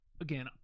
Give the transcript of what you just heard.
again